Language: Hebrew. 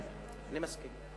כן, אני מסכים.